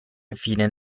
infine